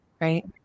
right